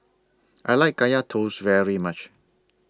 I like Kaya Toast very much